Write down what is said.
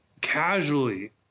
casually